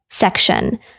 section